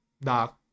dark